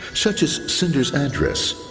such as sender's address,